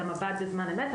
של המב"ד בזמן אמת,